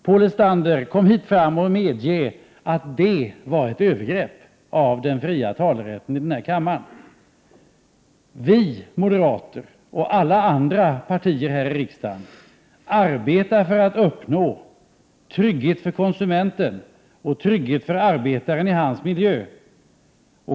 Paul Lestander, kom hit fram och medge att detta var ett övergrepp mot den fria talerätten i denna kammare. Vi moderater och alla andra partier här i riksdagen arbetar för att uppnå trygghet för konsumenten och arbetaren i hans miljö.